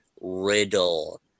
riddle